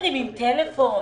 מרימים טלפון.